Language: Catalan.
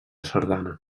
sardana